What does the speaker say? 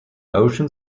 ocean